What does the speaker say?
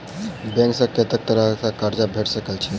Bank सऽ कत्तेक तरह कऽ कर्जा भेट सकय छई?